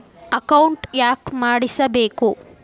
Account ಯಾಕ್ ಮಾಡಿಸಬೇಕು?